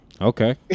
Okay